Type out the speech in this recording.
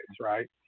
right